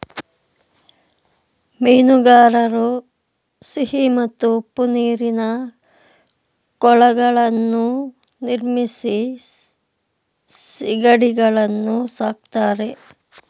ಮೀನುಗಾರರು ಸಿಹಿ ಮತ್ತು ಉಪ್ಪು ನೀರಿನ ಕೊಳಗಳನ್ನು ನಿರ್ಮಿಸಿ ಸಿಗಡಿಗಳನ್ನು ಸಾಕ್ತರೆ